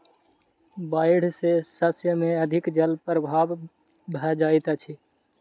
बाइढ़ सॅ शस्य में अधिक जल भराव भ जाइत अछि